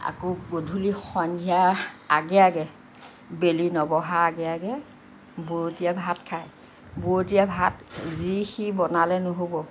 আকৌ গধূলি সন্ধ্যা আগে আগে বেলি নবহা আগে আগে বৰতীয়া ভাত খায় বৰতীয়া ভাত যিয়ে সিয়ে বনালে নহ'ব